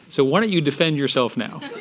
so why don't you defend yourself now?